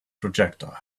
projectile